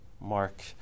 Mark